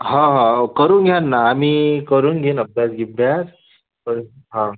हां हो करून घ्यान ना आम्ही करून घेईन अभ्यास बिब्ब्यास हां